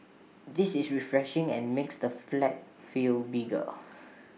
this is refreshing and makes the flat feel bigger